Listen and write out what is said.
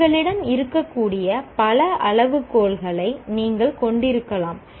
எங்களிடம் இருக்கக்கூடிய பல அளவுகோல்களை நீங்கள் கொண்டிருக்கலாம்